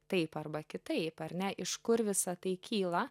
taip arba kitaip ar ne iš kur visa tai kyla